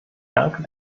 danke